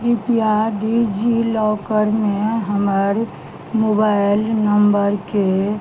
कृपया डिजिलॉकरमे हमर मोबाइल नंबरके